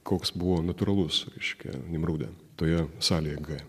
koks buvo natūralus reiškia nimrude toje salėje g